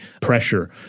pressure